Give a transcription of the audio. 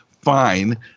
fine